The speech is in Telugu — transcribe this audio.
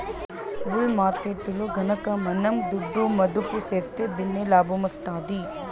బుల్ మార్కెట్టులో గనక మనం దుడ్డు మదుపు సేస్తే భిన్నే లాబ్మొస్తాది